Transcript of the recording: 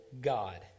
God